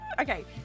Okay